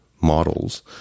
models